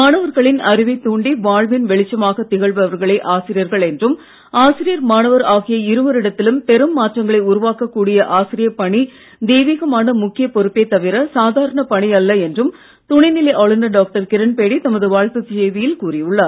மாணவர்களின் அறிவை தூண்டி வாழ்வின் வெளிச்சமாக திகழ்பவர்களே ஆசிரியர்கள் என்றும் ஆசிரியர் மாணவர் ஆகிய இருவரிடத்திலும் பெரும் மாற்றங்களை உருவாக்க கூடிய ஆசிரியர் பணி தெய்வீகமான முக்கியப் பொறுப்பே தவிர சாதாரணப் பணி அல்ல என்றும் துணை நிலை ஆளுநர் டாக்டர் கிரண் பேடி தமது வாழ்த்துச் செய்தியில் கூறி உள்ளார்